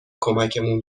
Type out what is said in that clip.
کمکمون